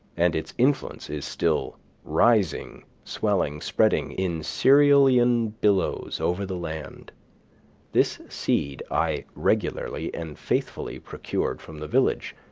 and its influence is still rising, swelling, spreading, in cerealian billows over the land this seed i regularly and faithfully procured from the village,